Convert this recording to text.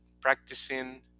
practicing